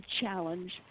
challenge